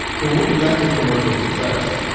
but what it lacked in commercial success,